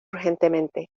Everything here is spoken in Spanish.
urgentemente